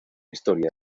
historia